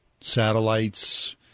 satellites